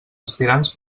aspirants